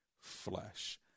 flesh